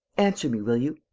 answer me, will you.